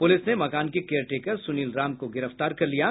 police ने मकान के केयरटेकर सुनील राम को गिरफ्तार किया है